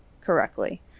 correctly